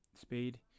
speed